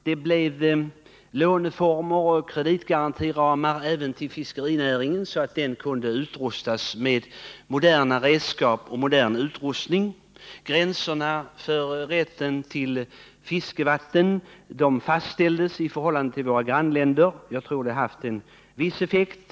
Det har införts låneformer och kreditgarantiramar även för fiskerinäringen, så att den kan utrustas med moderna redskap och annan modern utrustning. I förhållande till våra grannländer har gränserna för rätten till fiskevatten fastställts. Jag tror att det har haft en viss effekt.